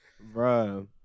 bro